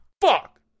Fuck